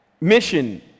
mission